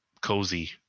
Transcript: cozy